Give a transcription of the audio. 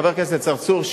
חבר הכנסת צרצור,